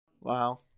Wow